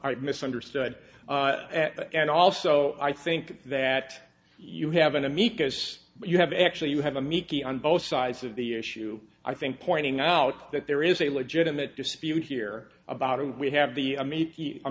apart misunderstood and also i think that you have an amicus you have actually you have a miki on both sides of the issue i think pointing out that there is a legitimate dispute here about do we have the